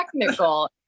technical